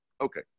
Okay